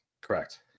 Correct